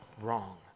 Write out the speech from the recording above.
wrong